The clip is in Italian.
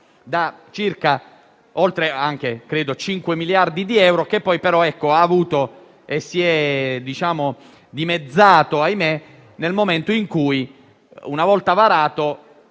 da oltre 5 miliardi di euro, che poi però si è dimezzato nel momento in cui, una volta varato,